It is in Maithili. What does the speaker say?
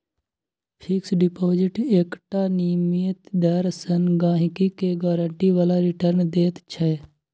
फिक्स डिपोजिट एकटा नियमित दर सँ गहिंकी केँ गारंटी बला रिटर्न दैत छै